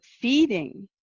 feeding